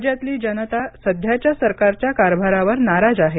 राज्यातली जनता सध्याच्या सरकारच्या कारभारावर नाराज आहे